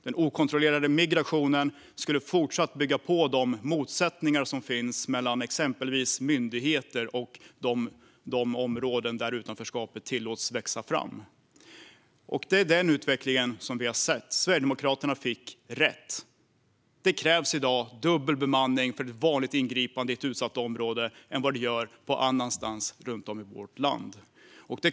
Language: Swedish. Den okontrollerade migrationen skulle fortsätta att bygga på de motsättningar som finns mellan exempelvis myndigheter och de områden där utanförskapet tillåts växa fram. Det är också den utvecklingen vi har sett. Sverigedemokraterna fick rätt. Det krävs i dag dubbel bemanning för ett vanligt ingripande i ett utsatt område jämfört med andra ställen runt om i vårt land.